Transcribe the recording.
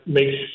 makes